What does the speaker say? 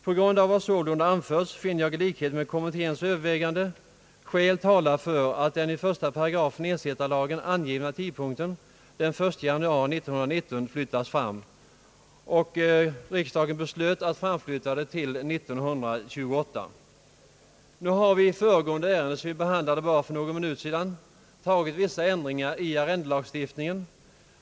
På grund av vad sålunda anförts finner jag i likhet med kommittén övervägande skäl tala för att den i 1 8 ensittarlagen angivna tidpunkten den 1 januari 1919 flyttas fram.» Riksdagen beslöt att framflytta tidpunkten till 1928. I föregående ärende, som vi behandlade för bara några minuter sedan, har vi antagit vissa ändringar i arrendelagstiftningen.